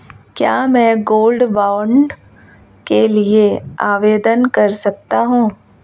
क्या मैं gold bond के लिए आवेदन कर सकता हूं?